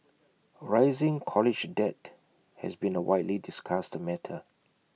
rising college debt has been A widely discussed matter